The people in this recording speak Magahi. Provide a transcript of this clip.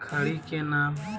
खड़ी के नाम?